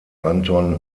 anton